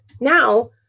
now